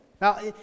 Now